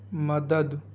مدد